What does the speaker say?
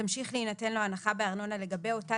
תמשיך להינתן לו הנחה בארנונה לגבי אותה